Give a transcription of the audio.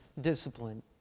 discipline